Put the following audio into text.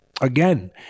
Again